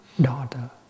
daughter